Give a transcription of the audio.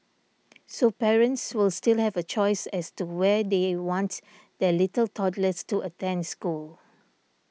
so parents will still have a choice as to where they want their little toddlers to attend school